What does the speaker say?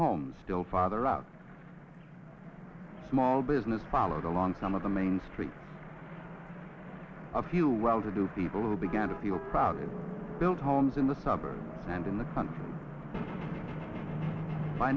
homes still father out small business followed along some of the main street a few well to do people began to feel proud and build homes in the suburbs and in the country